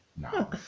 no